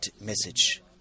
message